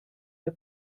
der